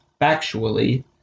factually